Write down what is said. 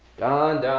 don.